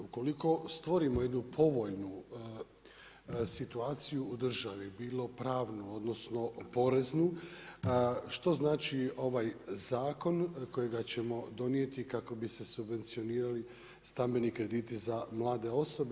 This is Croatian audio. Ukoliko stvorimo jednu povoljnu situaciju u državi, bilo pravnu odnosno poreznu, što znači ovaj zakon kojega ćemo donijeti kako bi se subvencionirali stambeni krediti za mlade osobe?